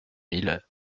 mille